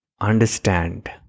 understand